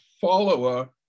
follower